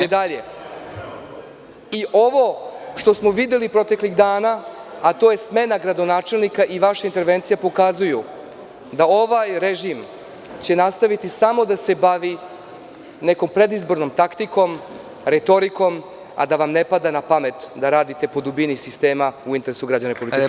Ovo što smo videli proteklih dana, a to je smena gradonačelnika i vaša intervencija pokazuju da ovaj režim će nastaviti samo da se bavi nekom predizbornom taktikom, retorikom, a da vam ne padne na pamet da radite po dubini sistema u interesu građana Republike Srbije.